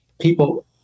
people